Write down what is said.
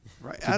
Right